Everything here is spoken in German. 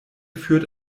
führt